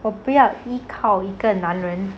我不要依靠一个男人